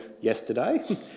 yesterday